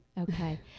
Okay